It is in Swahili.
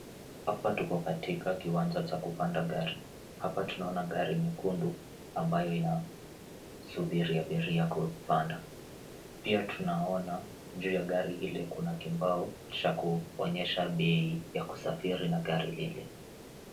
Hapa tuko katika kiwanja cha kupanda gari, hapa tunaona gari nyekundu ambayo inasubiri abiria kupanda. Pia tunaona juu ya gari hili kuna kimbao cha kuonyesha bei ya kusafiri na gari lile.